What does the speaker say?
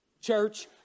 church